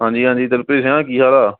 ਹਾਂਜੀ ਹਾਂਜੀ ਦਿਲਪ੍ਰੀਤ ਸਿਆਂ ਕੀ ਹਾਲ ਆ